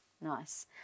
Nice